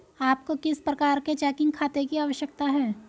आपको किस प्रकार के चेकिंग खाते की आवश्यकता है?